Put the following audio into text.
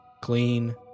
Clean